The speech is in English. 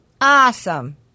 Awesome